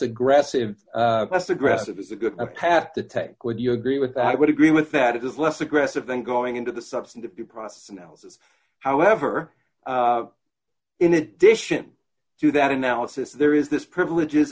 aggressive less aggressive is a good path to take would you agree with that i would agree with that it is less aggressive than going into the substance of the process and elss however in addition to that analysis there is this privileges